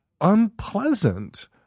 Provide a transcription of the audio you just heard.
unpleasant